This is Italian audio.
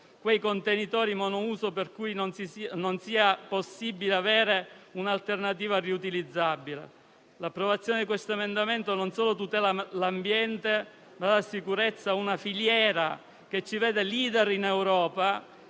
quei contenitori monouso per cui non sia possibile avere un'alternativa riutilizzabile. L'approvazione di questo emendamento non solo tutela l'ambiente, ma dà sicurezza a una filiera che ci vede *leader* in Europa